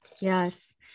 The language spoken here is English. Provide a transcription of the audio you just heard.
Yes